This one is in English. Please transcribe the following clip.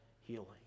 healing